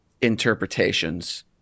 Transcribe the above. interpretations